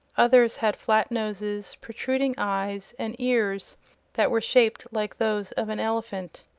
others had flat noses, protruding eyes, and ears that were shaped like those of an elephant.